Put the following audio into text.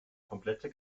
komplette